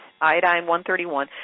iodine-131